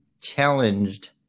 challenged